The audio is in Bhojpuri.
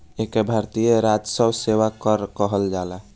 एके भारतीय राजस्व सेवा कर कहल जाला